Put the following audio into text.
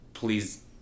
Please